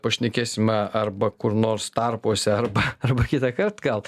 pašnekėsime arba kur nors tarpuose arba arba kitąkart gal